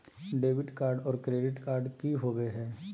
Debit card और credit card की होवे हय?